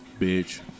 bitch